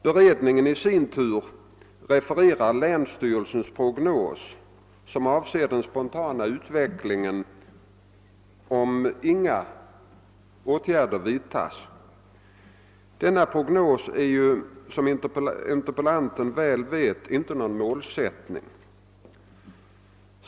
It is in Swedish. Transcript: Beredningen i sin tur refererar länsstyrelsens prognos som avser den spontana utveckling som sker om inga åtgärder vidtas. Denna prognos är ju som interpellanten väl vet inte någon målsättning.